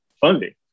funding